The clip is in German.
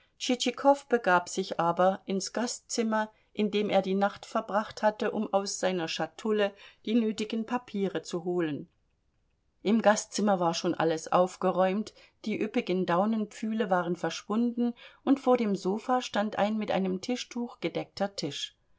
begab sich aber ins gastzimmer in dem er die nacht verbracht hatte um aus seiner schatulle die nötigen papiere zu holen im gastzimmer war schon alles aufgeräumt die üppigen daunenpfühle waren verschwunden und vor dem sofa stand ein mit einem tischtuch gedeckter tisch